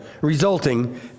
resulting